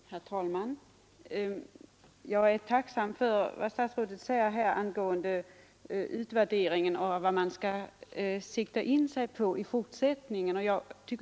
Herr talman! Jag är tacksam för vad statsrådet säger här om utvärderingen av vad man bör sikta in sig på i fortsättningen.